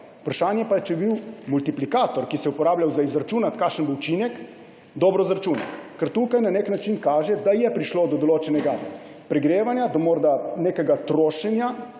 Vprašanje pa je, če je bil multiplikator, ki se je uporabljal za izračun, kakšen bo učinek, dobro izračunan. Ker tukaj na nek način kaže, da je prišlo do določenega pregrevanja, do morda nekega trošenja,